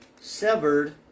severed